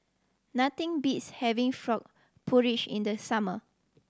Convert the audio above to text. nothing beats having frog porridge in the summer